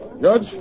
Judge